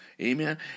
Amen